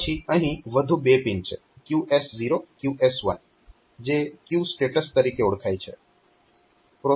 પછી અહીં વધુ બે પિન છે QS0 QS1 જે ક્યુ સ્ટેટસ તરીકે ઓળખાય છે